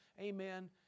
Amen